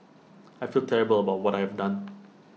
I feel terrible about what I have done